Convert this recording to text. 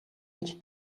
гэж